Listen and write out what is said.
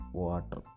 water